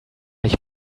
nicht